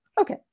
Okay